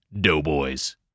Doughboys